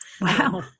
Wow